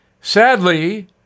Sadly